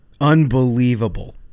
Unbelievable